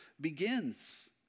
begins